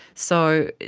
so,